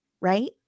Right